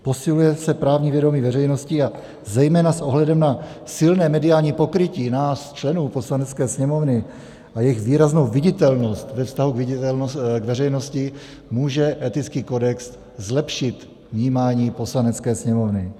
Posiluje se právní vědomí veřejnosti a zejména s ohledem na silné mediální pokrytí nás členů Poslanecké sněmovny a jejich výraznou viditelnost ve vztahu k veřejnosti může etický kodex zlepšit vnímání Poslanecké sněmovny.